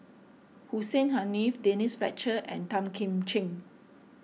Hussein Haniff Denise Fletcher and Tan Kim Ching